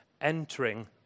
entering